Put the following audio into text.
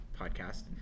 podcast